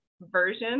version